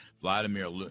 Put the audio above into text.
Vladimir